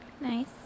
Nice